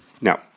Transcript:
Now